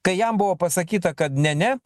kai jam buvo pasakyta kad ne ne